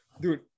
Dude